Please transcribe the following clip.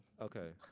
Okay